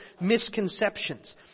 misconceptions